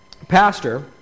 Pastor